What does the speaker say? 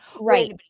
Right